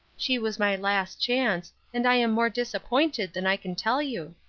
she was my last chance, and i am more disappointed than i can tell you.